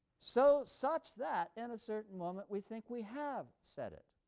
so such that in a certain moment we think we have said it.